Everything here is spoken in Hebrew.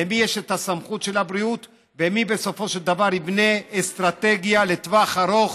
למי יש את הסמכות על הבריאות ומי בסופו של דבר יבנה אסטרטגיה לטווח ארוך